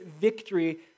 victory